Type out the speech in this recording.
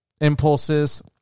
impulses